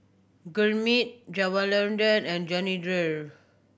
Gurmeet Jawaharlal and Jehangirr